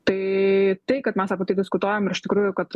tai tai kad mes apie tai diskutuojam ir iš tikrųjų kad